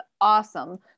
awesome